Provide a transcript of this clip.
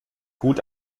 gut